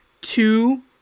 two